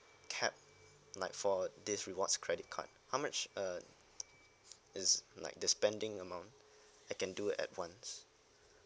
cap like for this rewards credit card how much uh is like the spending amount I can do advance